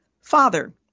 FATHER